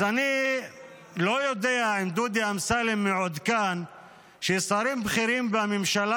אז אני לא יודע אם דודי אמסלם מעודכן ששרים בכירים בממשלה